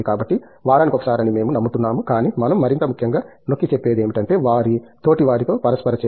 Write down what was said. కాబట్టి వారానికి ఒకసారి అని మేము నమ్ముతున్నాము కానీ మనం మరింత ముఖ్యంగా నొక్కిచెప్పేది ఏమిటంటే వారి తోటివారితో పరస్పర చర్య